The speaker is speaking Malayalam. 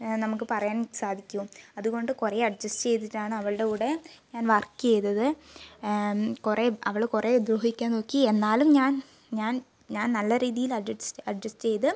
നമുക്ക് പറയാൻ സാധിക്കൂ അതുകൊണ്ട് കുറേ അഡ്ജസ്റ്റ് ചെയ്തിട്ടാണ് അവളുടെ കൂടെ ഞാൻ വർക്ക് ചെയ്തത് കുറേ അവള് കുറേ ദ്രോഹിക്കാൻ നോക്കി എന്നാലും ഞാൻ ഞാൻ ഞാൻ നല്ല രീതിയിൽ അഡ്ജസ്റ്റ് ചെയ്ത്